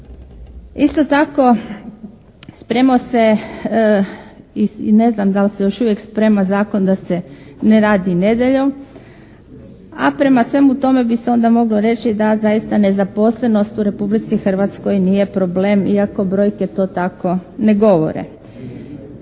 Isto tako spremao se i ne znam da li se još uvijek sprema zakon da se ne radi nedjeljom, a prema svemu tome bi se onda moglo reći da zaista nezaposlenost u Republici Hrvatskoj nije problem iako brojke to tako ne govore.